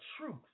truth